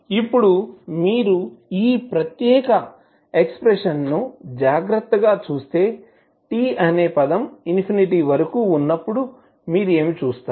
ఇప్పుడు మీరు ఈ ప్రత్యేక ఎక్స్ప్రెషన్ ను జాగ్రత్తగా చూస్తే t అనే పదం ఇన్ఫినిటీ వరకు ఉన్నప్పుడు మీరు ఏమి చూస్తారు